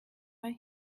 man